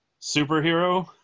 superhero